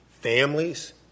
families